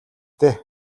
дээ